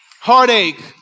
heartache